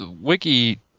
wiki